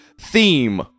theme